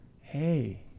hey